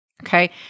Okay